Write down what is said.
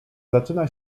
zaczyna